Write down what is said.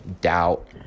doubt